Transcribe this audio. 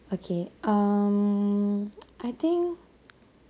okay um I think